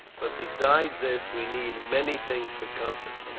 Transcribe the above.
but besides this we need many things for comfort.